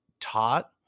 taught